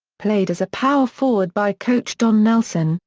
played as a power forward by coach don nelson,